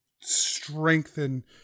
strengthen